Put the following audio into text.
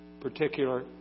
particular